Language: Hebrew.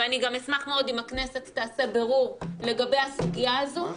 ואני גם אשמח מאוד אם הכנסת תעשה בירור לגבי הסוגיה הזו -- חמור מאוד.